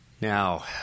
Now